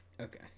Okay